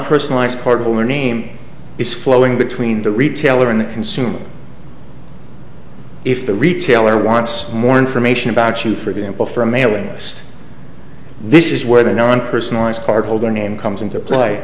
personal ice card holder name is flowing between the retailer and the consumer if the retailer wants more information about you for example for a mailing list this is where the non personalized card holder name comes into play